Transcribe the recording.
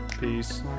Peace